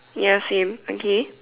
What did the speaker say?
ya same okay